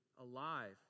alive